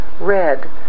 Red